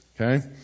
Okay